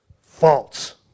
false